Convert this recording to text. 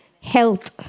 health